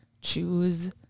choose